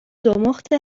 زمخت